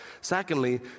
Secondly